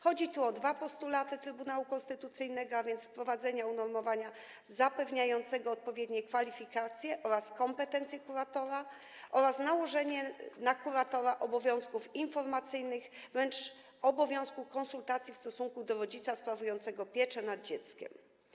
Chodzi tu o dwa postulaty Trybunału Konstytucyjnego: wprowadzenie unormowania zapewniającego odpowiednie kwalifikacje oraz kompetencje kuratora oraz nałożenie na kuratora obowiązków informacyjnych, wręcz obowiązku konsultacji w stosunku do rodzica sprawującego pieczę nad dzieckiem.